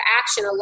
action